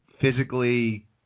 physically